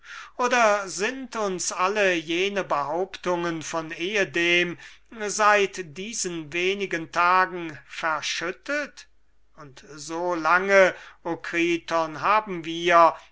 oder sind uns alle jene behauptungen von ehedem seit diesen wenigen tagen verschüttet und so lange o kriton haben wir